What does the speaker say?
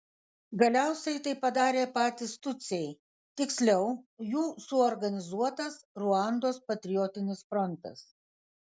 galiausiai tai padarė patys tutsiai tiksliau jų suorganizuotas ruandos patriotinis frontas